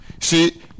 See